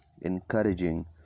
encouraging